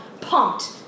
pumped